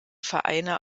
vereine